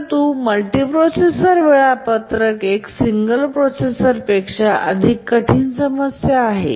परंतु मल्टीप्रोसेसर वेळापत्रक एक सिंगल प्रोसेसरपेक्षा अधिक कठीण समस्या आहे